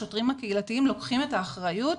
השוטרים הקהילתיים לוקחים את האחריות,